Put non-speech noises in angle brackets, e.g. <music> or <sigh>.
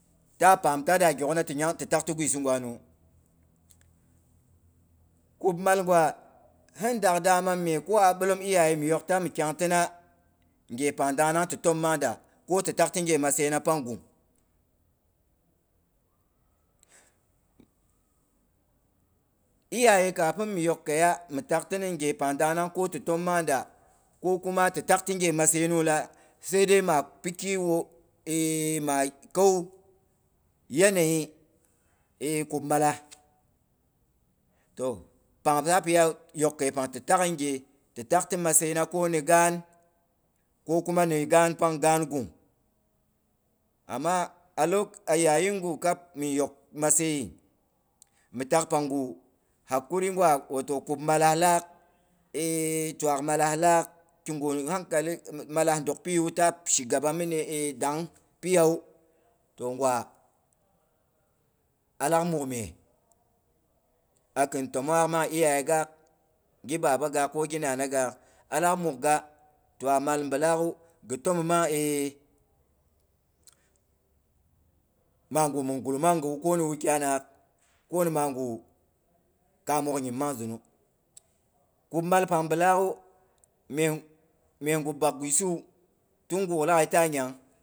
Ta paam ta da gyok na ti tak ti gwisi gwaniwu. Kub mal gwa hin dak daman mye ko a bilom iyaye mi yok ta mi kyang tinang he pang dangnang ti tom nang da, ko ti taki nghe masayina pang gung iyaye kapin mi yok kəiya mi tatin ghe pang dangnang ko ti tom mangda ko kuma ti kak ti nghe massayin uwa, sai dai ma pi kiwo <hesitation> ko ma kau yanayi e kubmala. Toh pang ta pi iya yok kəipang ti tagha ngheyei. Ti tak ti masayina koni gaan, ko kuma ne gaan pang gaan gung. Amma a lok a yayi ngu kab min yok matsay mi tak pangu hakuri ngwam wato kubmala a laak, kigu hankali, malala dok piyi wu ta shiga mine e dang piya wu, toh ngwa, a laak muk mye. Akin tomong nghak mang iyaye gaak, gi baba gaak ko gi naa gaak alak mukgha. Waak mal bi laakgh ghi tomong <hesitation> mang <unintelligible> magu min gul mang gawu, ko ni magu kamook nyim mang zinu, kub mal pang bilaak ghu, megu bak gwisi wu tin guk laghai yu ta nyang